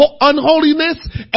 unholiness